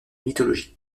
mythologie